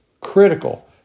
Critical